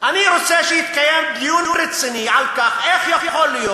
אני רוצה שיתקיים דיון רציני על, איך יכול להיות